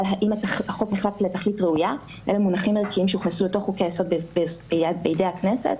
האם הוא יכול להגיד שהוא עושה את זה על סמך מגילת העצמאות.